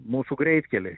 mūsų greitkeliai